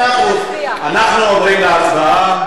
בן-ארי, להקמתה של המדינה הזאת.